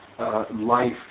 Life